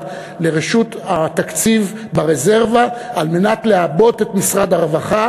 ש"ח לרשות התקציב ברזרבה על מנת לעבות את משרד הרווחה